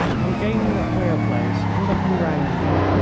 on gaining a clear place and looking round me,